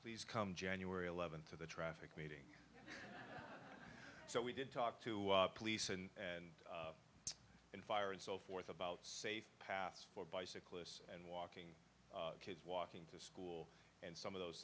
please come january eleventh to the traffic meeting so we did talk to police and in fire and so forth about safe pass for bicyclists and walking kids walking to school and some of those